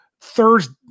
Thursday